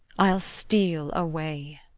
i'll steal away.